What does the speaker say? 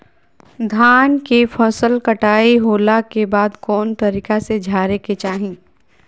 धान के फसल कटाई होला के बाद कौन तरीका से झारे के चाहि?